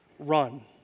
Run